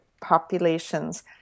populations